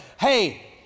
hey